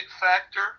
factor